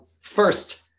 First